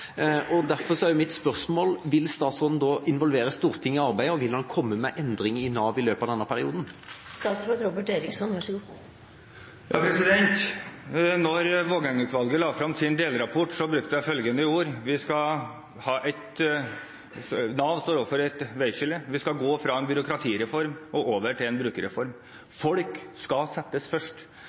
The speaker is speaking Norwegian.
og derfor er mitt spørsmål: Vil statsråden involvere Stortinget i arbeidet, og vil han komme med endringer i Nav i løpet av denne perioden? Da Vågeng-utvalget la frem sin delrapport, brukte jeg følgende ord: Nav står ved et veiskille. Vi skal gå fra en byråkratireform og over til en brukerreform. Folk skal settes først.